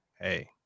hey